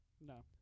No